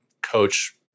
coach